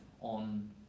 on